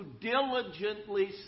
diligently